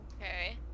okay